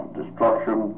destruction